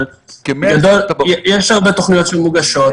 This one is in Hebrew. אבל יש הרבה תוכניות שמוגשות,